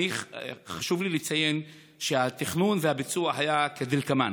חשוב לי לציין שהתכנון והביצוע היו כדלקמן: